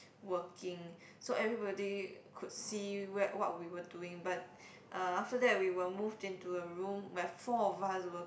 working so everybody could see where what we were doing but uh after that we were moved into a room where four of us were